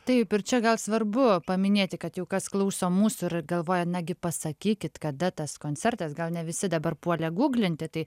taip ir čia gal svarbu paminėti kad jau kas klauso mūsų ir galvoja nagi pasakykit kada tas koncertas gal ne visi dabar puolė guglinti tai